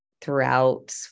throughout